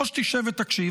או שתשב ותקשיב,